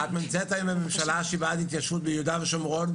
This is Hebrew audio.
את נמצאת היום בממשלה שהיא בעד התיישבות ביהודה ושומרון,